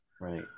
Right